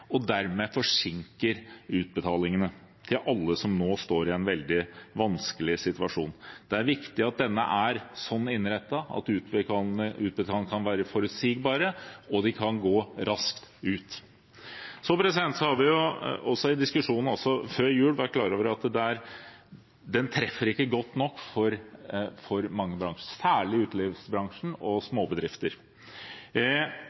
og dermed forsinker utbetalingene til alle som nå står i en veldig vanskelig situasjon. Det er viktig at denne er slik innrettet at utbetalingene kan være forutsigbare, og at de kan gå raskt ut. Så har vi jo, også i diskusjonen før jul, vært klar over at den ikke treffer godt nok for mange bransjer, særlig utelivsbransjen og